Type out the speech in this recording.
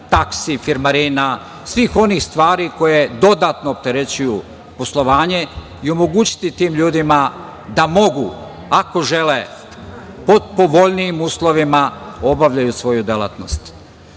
taksi, firmarina, svih onih stvari koje dodatno opterećuju poslovanje i omogućiti tim ljudima da mogu, ako žele pod povoljnijim uslovima da obavljaju svoju delatnost. Set